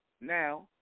now